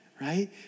right